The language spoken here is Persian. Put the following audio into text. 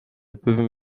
ببین